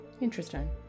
Interesting